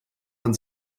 man